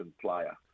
player